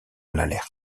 l’alert